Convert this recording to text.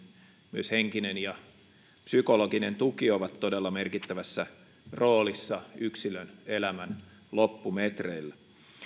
myös henkinen ja psykologinen tuki ovat todella merkittävässä roolissa yksilön elämän loppumetreillä